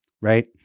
Right